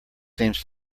seems